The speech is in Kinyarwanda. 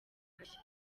agashya